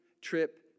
trip